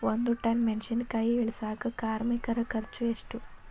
ಒಂದ್ ಟನ್ ಮೆಣಿಸಿನಕಾಯಿ ಇಳಸಾಕ್ ಕಾರ್ಮಿಕರ ಖರ್ಚು ಎಷ್ಟು?